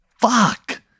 Fuck